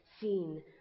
seen